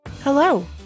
Hello